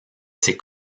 ses